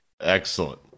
Excellent